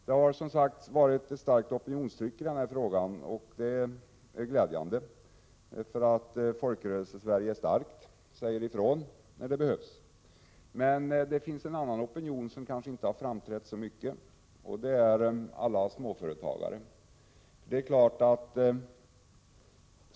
Det har som sagt varit ett starkt opinionstryck i den här frågan, och det är glädjande. Det visar att Folkrörelsesverige är starkt och säger ifrån när det behövs. Men det finns en annan opinion som kanske inte har framträtt så mycket, och den gäller alla småföretagare.